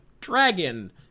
dragon